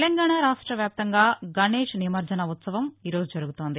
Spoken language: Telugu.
తెలంగాణ రాష్ట్రవ్యాప్తంగా గణేష్ నిమజ్జన ఉత్సవం ఈ రోజు జరుగుతోంది